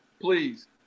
please